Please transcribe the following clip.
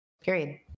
period